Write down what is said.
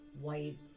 white